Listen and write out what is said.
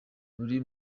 buri